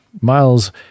miles